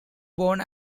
born